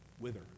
wither